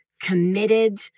committed